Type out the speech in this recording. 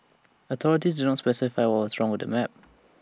authorities did not specify what was wrong with the map